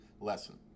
lesson